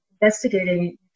investigating